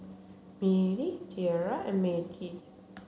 Mylee Tierra and Mettie